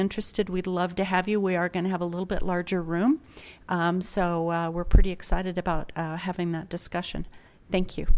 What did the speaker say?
interested we'd love to have you we are going to have a little bit larger room so we're pretty excited about having that discussion thank you